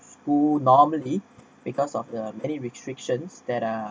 school normally because of the many restrictions that are